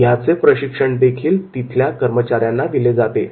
याचे प्रशिक्षणदेखील तेथील कर्मचाऱ्यांना दिले आहे